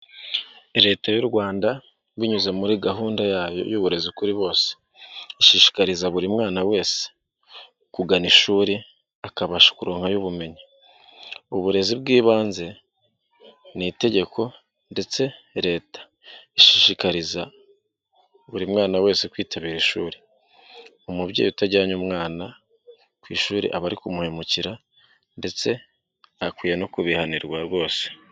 Leta y'u Rwanda binyuze muri gahundayo y'uburezi kuri bose, ishishikariza buri mwana wese kugana ishuri akabasha kuronka y ubumenyi. Uburezi bw'ibanze ni itegeko ndetse leta ishishikariza buri mwana wese kwitabira ishuri. Umubyeyi utajyanye umwana ku ishuri aba ari kumuhemukira ndetse ntakwiye no kubihanirwa rwose.